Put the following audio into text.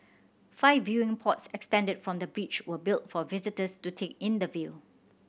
five viewing pods extended from the bridge were built for visitors to take in the view